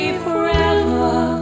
forever